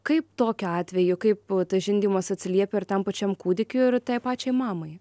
kaip tokiu atveju kaip žindymas atsiliepia ir tam pačiam kūdikiui ir tai pačiai mamai